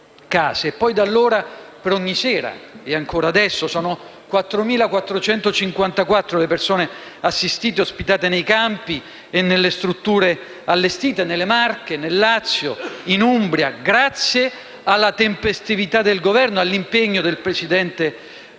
è stato così per ogni sera: ancora adesso sono 4.454 le persone assistite e ospitate nei campi e nelle strutture allestite, nelle Marche, nel Lazio e in Umbria, grazie alla tempestività del Governo, all'impegno del presidente